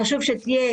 חשוב שתהיה